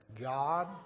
God